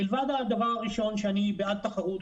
מלבד הדבר הראשון שאני בעד תחרות,